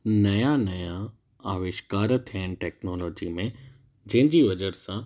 नया नया अविष्कार थिया आहिनि टेक्नोलॉजी में जंहिंजी वज़ह सां